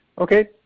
Okay